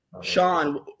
Sean